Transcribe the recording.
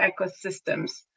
ecosystems